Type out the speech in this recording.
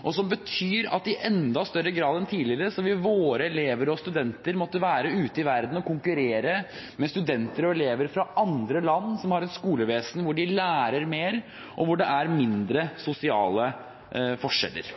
og som betyr at i enda større grad enn tidligere vil våre elever og studenter måtte være ute i verden og konkurrere med studenter og elever fra andre land som har et skolevesen hvor de lærer mer, og hvor det er mindre sosiale forskjeller.